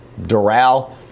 Doral